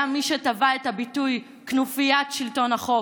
היה מי שטבע את הביטוי "כנופיית שלטון החוק".